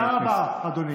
תודה רבה, אדוני.